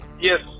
Yes